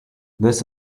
this